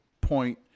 point